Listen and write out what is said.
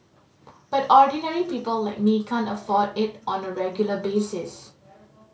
but ordinary people like me can't afford it on a regular basis